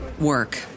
work